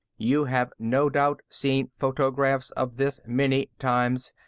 you have no doubt seen photographs of this many times,